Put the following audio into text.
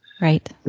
Right